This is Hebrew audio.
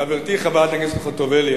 חברתי חברת הכנסת חוטובלי,